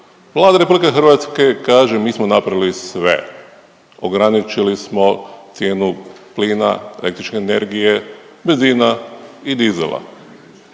Vlada RH kaže mi smo napravili sve, ograničili smo cijenu plina, električne energije, benzina i dizela,